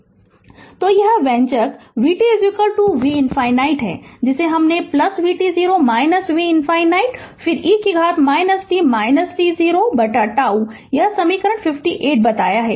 Refer Slide Time 1817 तो यह व्यंजक vt v ∞ है जिसे हमने vt0 v ∞ फिर e कि घात t t0 बटा τ यह समीकरण 58 बताया है